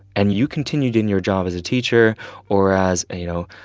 and you continued in your job as a teacher or as you know,